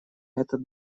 этот